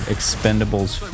Expendables